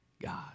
God